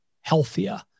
healthier